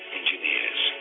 engineers